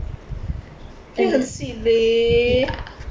ya